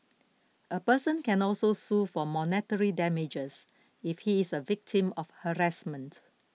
a person can also sue for monetary damages if he is a victim of harassment